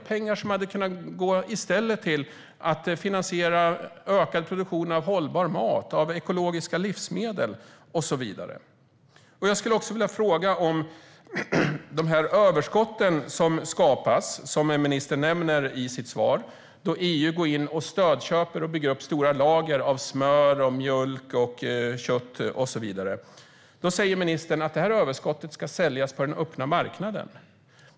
Det är pengar som i stället skulle kunna gå till att finansiera ökad produktion av hållbar mat, ekologiska livsmedel och så vidare. Jag skulle också vilja fråga om överskottet, som ministern nämner i sitt svar, som skapas då EU går in och stödköper stora lager av smör, mjölk, kött och så vidare. Ministern säger att det här överskottet ska säljas på den öppna marknaden.